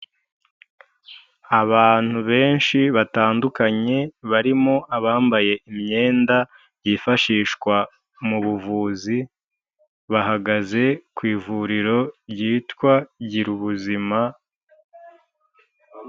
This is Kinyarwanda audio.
Abantu benshi batandukanye barimo abambaye imyenda yifashishwa mu buvuzi, bahagaze ku ivuriro ryitwa Girubuzima.